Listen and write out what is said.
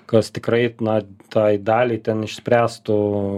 kas tikrai na tai daliai ten išspręstų